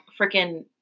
freaking